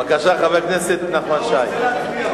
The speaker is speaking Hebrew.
בבקשה, חבר הכנסת נחמן שי.